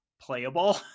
playable